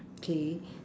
okay